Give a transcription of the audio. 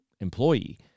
employee